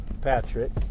Patrick